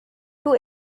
too